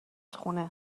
خونه